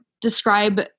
describe